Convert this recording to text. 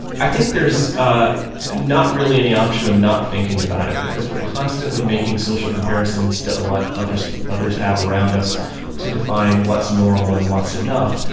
i think there's ah not really any option of not thinking about it because we're constantly making social comparisons to what others others have around us to define what's normal and what's enough.